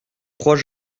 trois